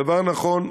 דבר נכון.